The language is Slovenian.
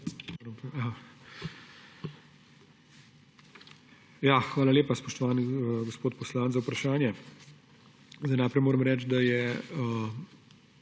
Hvala lepa, spoštovani gospod poslanec, za vprašanje. Najprej moram reči, da ne